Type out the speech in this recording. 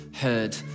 heard